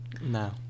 no